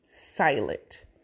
silent